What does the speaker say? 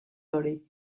hori